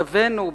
סבינו,